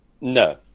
No